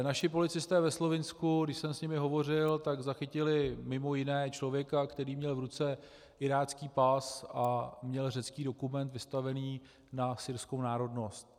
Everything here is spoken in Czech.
Naši policisté ve Slovinsku, když jsem s nimi hovořil, zachytili mimo jiné člověka, který měl v ruce irácký pas a měl řecký dokument vystavený na syrskou národnost.